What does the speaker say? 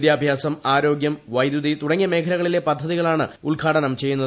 വിദ്യാഭ്യാസം ആരോഗ്യം വൈദ്യുതി തുടങ്ങിയ മേഖലകളിലെ പദ്ധതികളാണ് ഉദ്ഘാടനം ചെയ്യുന്നത്